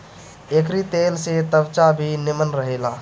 एकरी तेल से त्वचा भी निमन रहेला